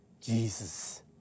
Jesus